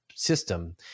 system